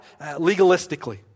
legalistically